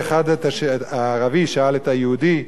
הערבי שאל את היהודי: